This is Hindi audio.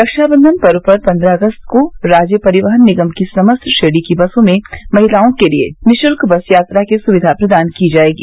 रक्षाबंधन पर्व पर पन्द्रह अगस्त को राज्य परिवहन निगम की समस्त श्रेणी की बसों में महिलाओं के लिये निःशुल्क बस यात्रा की सुविधा प्रदान की जायेगी